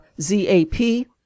z-a-p